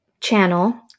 channel